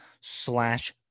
slash